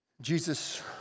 Jesus